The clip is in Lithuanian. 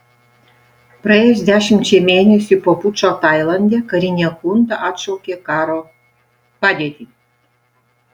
praėjus dešimčiai mėnesių po pučo tailande karinė chunta atšaukė karo padėtį